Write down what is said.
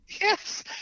Yes